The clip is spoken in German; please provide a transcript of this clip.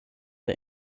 der